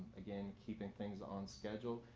again, keeping things on schedule.